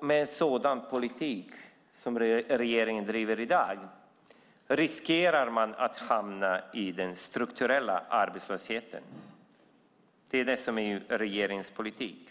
Med en sådan politik som regeringen driver i dag riskerar man att hamna i en strukturell arbetslöshet. Det är det som är regeringens politik.